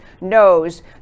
knows